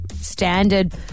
standard